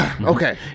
Okay